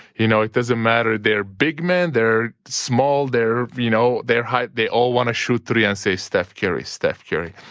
you know it doesn't matter, they're big men, they're small, they're you know they're high, they all want to shoot threes and say steph curry, steph curry.